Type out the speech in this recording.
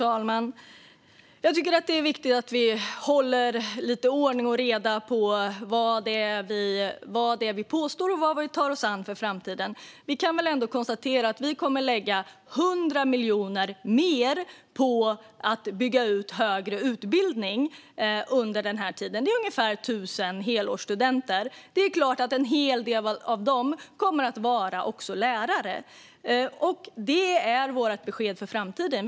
Fru talman! Jag tycker att det är viktigt att vi håller lite ordning och reda på vad det är vi påstår och vad vi tar oss an för framtiden. Vi kan ändå konstatera att vi kommer att lägga 100 miljoner kronor mer på att bygga ut den högre utbildningen under denna tid. Det är ungefär 1 000 helårsstudenter. Det är klart att en hel del av dem kommer att vara lärarstudenter. Det är vårt besked för framtiden.